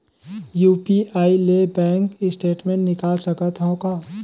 UPI ले bank statement निकाल सकत हवं का?